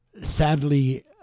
sadly